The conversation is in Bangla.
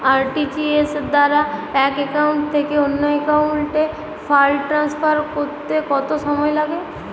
আর.টি.জি.এস দ্বারা এক একাউন্ট থেকে অন্য একাউন্টে ফান্ড ট্রান্সফার করতে কত সময় লাগে?